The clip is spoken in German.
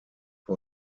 das